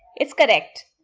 it's correct.